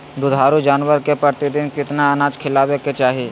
दुधारू जानवर के प्रतिदिन कितना अनाज खिलावे के चाही?